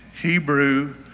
Hebrew